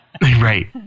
Right